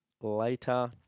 later